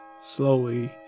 slowly